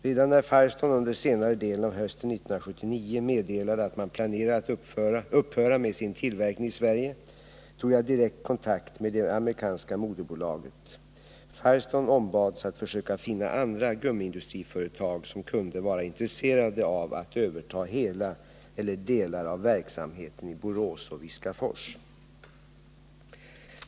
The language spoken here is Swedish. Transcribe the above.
Redan när Firestone under senare delen av hösten år 1979 meddelade att man planerade att upphöra med sin tillverkning i Sverige, tog jag direkt kontakt med det amerikanska moderbolaget. Firestone ombads att försöka finna andra gummiindustriföretag som kunde vara intresserade av att överta hela eller delar av verksamheten i Borås och Viskafors.